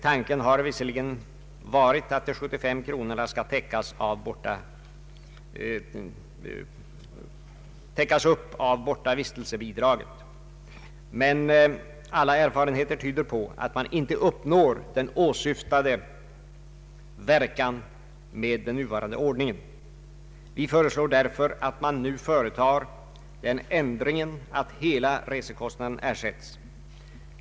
Tanken har visserligen varit att de 75 kronorna skall fyllas upp av bortavistelsebidraget. Men alla erfarenheter tyder på att man inte uppnår åsyftad verkan med den nuvarande ordningen. Vi föreslår därför att man nu företar den ändringen att hela resekostnaden ersätts.